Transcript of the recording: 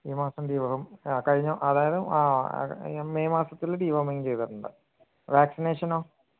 ഈ മാസം ഡിവോർമും ആ കഴിഞ്ഞ അതായത് ആ മെയ് മാസത്തിൽ ഡിവോർമോങ് ചെയ്തിട്ടുണ്ട് വാക്സിനേഷനോ